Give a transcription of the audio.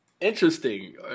Interesting